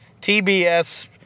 TBS